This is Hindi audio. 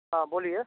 हाँ बोलिए